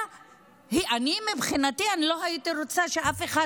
כי אני, מבחינתי, לא הייתי רוצה שאף אחד